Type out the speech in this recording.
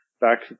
back